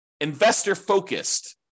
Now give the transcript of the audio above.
investor-focused